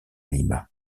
lima